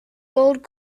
gold